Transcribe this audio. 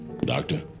Doctor